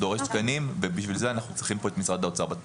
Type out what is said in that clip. דורש תקנים ובשביל זה אנחנו צריכים שמשרד האוצר יהיה בתמונה.